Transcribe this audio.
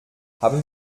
haben